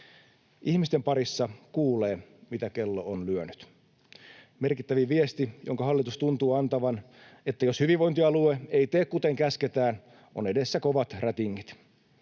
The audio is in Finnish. Ihmisten parissa kuulee, mitä kello on lyönyt. Merkittävin viesti, jonka hallitus tuntuu antavan, on, että jos hyvinvointialue ei tee kuten käsketään, ovat edessä kovat rätingit.